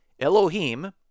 Elohim